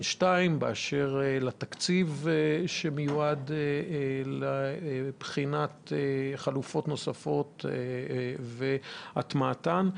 2 ובאשר לתקציב שמיועד לבחינת חלופות נוספות והטמעתן.